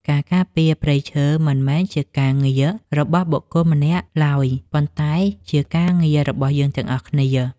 ការការពារព្រៃឈើមិនមែនជាការងាររបស់បុគ្គលម្នាក់ឡើយ ប៉ុន្តែជាការងាររបស់យើងទាំងអស់គ្នា។